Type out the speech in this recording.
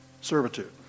servitude